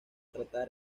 tratar